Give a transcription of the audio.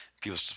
People